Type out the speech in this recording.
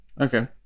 Okay